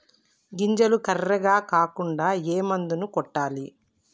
గింజలు కర్రెగ కాకుండా ఏ మందును కొట్టాలి?